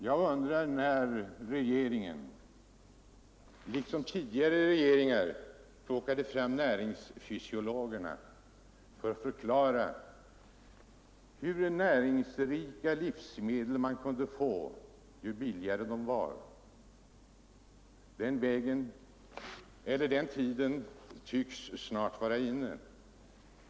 Jag undrar när regeringen, liksom tidigare regeringar gjorde, skall plocka fram näringsfysiologerna för att förklara hur mycket näringsrikare livsmedel man kan få, ju billigare de är. Den tiden tycks snart vara inne.